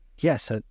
Yes